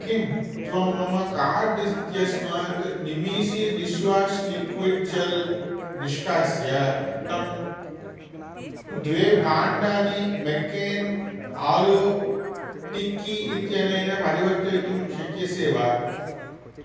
किं त्वं मम काार्ट् इत्यस्मात् निमीसि डिश्वाश् लिक्विड् जेल् निष्कास्य तं द्वे भाण्डानि मेक्कैन् आलू टिक्की इत्यनेन परिवर्तयितुं शक्यसे वा